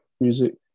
music